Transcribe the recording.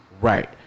Right